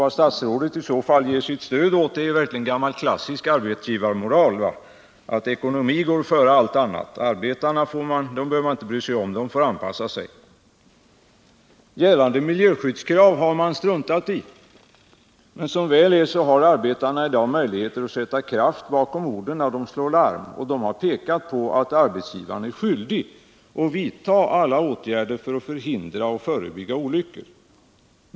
Vad statsrådet i så fall ger sitt stöd åt är verkligen gammal klassisk arbetsgivarmoral: ekonomin går före allting annat. Arbetarna behöver man inte bry sig om, de får anpassa sig. De gällande miljöskyddskraven har man struntat i. Men som väl är har arbetarna i dag möjlighet att sätta kraft bakom orden när de slår larm. De har också pekat på att arbetsgivaren är skyldig att vidta alla åtgärder för att hindra och förebygga olyckor.